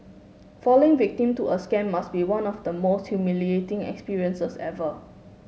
falling victim to a scam must be one of the most humiliating experiences ever